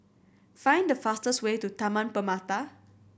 find the fastest way to Taman Permata